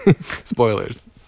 spoilers